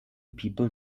people